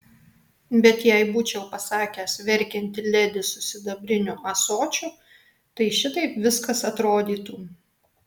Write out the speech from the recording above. bet jei būčiau pasakęs verkianti ledi su sidabriniu ąsočiu tai šitaip viskas atrodytų